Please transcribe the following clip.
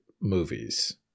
movies